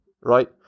right